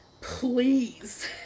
please